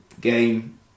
game